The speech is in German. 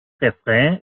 refrain